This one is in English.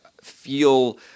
feel